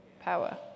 power